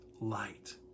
light